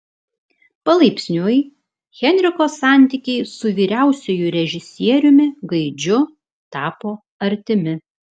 palaipsniui henriko santykiai su vyriausiuoju režisieriumi gaidžiu tapo artimi